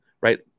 right